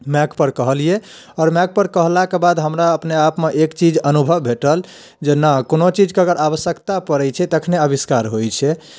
mic पर कहलियै आओर माइक पर कहलाक बाद हमरा अपने आपमे एक चीज अनुभव भेटल जेना कोनो चीज कऽ अगर आवश्यकता पड़ैत छै तखने आविष्कार होइत छै